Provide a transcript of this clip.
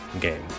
game